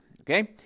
okay